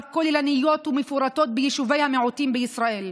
כוללניות ומפורטות ביישוביי המיעוטים בישראל.